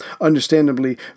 Understandably